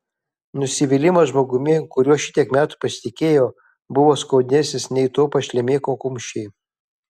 nusivylimas žmogumi kuriuo šitiek metų pasitikėjo buvo skaudesnis nei to pašlemėko kumščiai